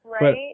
right